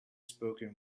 spoken